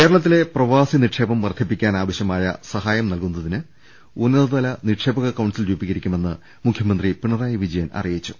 കേരളത്തിലെ പ്രവാസി നിക്ഷേപം വർധിപ്പിക്കാൻ ആവശ്യ മായ സഹായം നൽകാൻ ഉന്നത്തല നിക്ഷേപക കൌൺസിൽ രൂപീകരിക്കുമെന്ന് മുഖ്യമന്ത്രി പിണറായി വിജയൻ അറിയിച്ചു